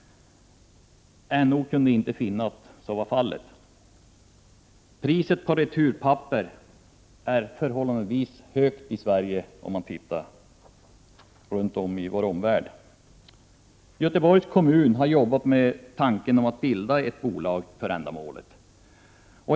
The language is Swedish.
NO kunde inte finna att så var fallet. Priset på returpapper är förhållandevis högt i Sverige jämfört med priset i omvärlden. I Göteborgs kommun har man arbetat med tanken på att bilda ett bolag för ändamålet.